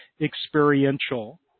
experiential